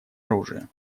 оружия